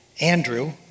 Andrew